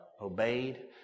obeyed